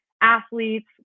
athletes